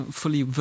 fully